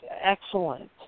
excellent